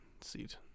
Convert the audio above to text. Seat